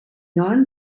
neuen